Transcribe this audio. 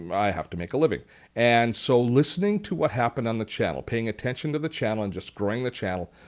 um i have to make a living and so listening to what happened on the channel, paying attention to the channel and just growing the channel